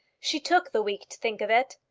she took the week to think of it,